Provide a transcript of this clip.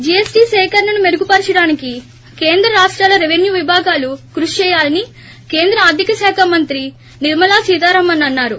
జీఎస్లీ సేకరణను మెరుగుపరచడానికి కేంద్ర రాష్లాల రెపెన్యూ విభాగాలు కృషి చేయాలని కేంద్ర ఆర్లిక శాఖ మంత్రి నిర్మలా సీతారామన్ అన్నారు